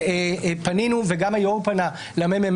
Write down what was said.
פנינו וגם היושב-ראש פנה למ.מ.מ.